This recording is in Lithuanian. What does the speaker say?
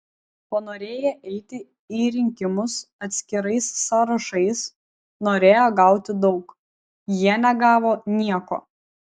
panorėję eiti į rinkimus atskirais sąrašais norėję gauti daug jie negavo nieko